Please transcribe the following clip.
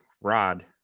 rod